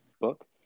book